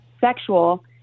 sexual